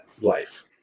life